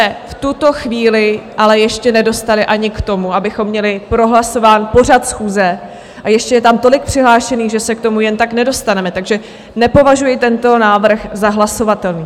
My se v tuto chvíli ale ještě nedostali ani k tomu, abychom měli prohlasován pořad schůze, a ještě je tam tolik přihlášených, že se k tomu jen tak nedostaneme, takže nepovažuji tento návrh za hlasovatelný.